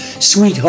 Sweetheart